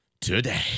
today